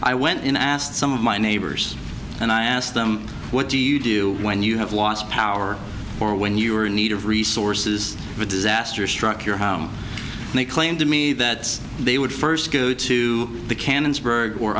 i went in asked some of my neighbors and i asked them what do you do when you have lost power or when you are in need of resources a disaster struck your home and they claimed to me that they would first go to the can